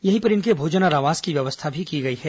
यहीं पर इनके भोजन और आवास की व्यवस्था भी की गई है